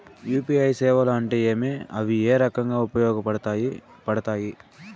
UPI సేవలు అంటే ఏమి, అవి ఏ రకంగా ఉపయోగపడతాయి పడతాయి?